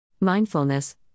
Mindfulness